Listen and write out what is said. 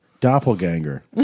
Doppelganger